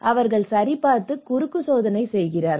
அவர்கள் சரிபார்த்து குறுக்கு சோதனை செய்கிறார்கள்